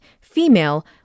female